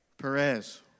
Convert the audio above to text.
Perez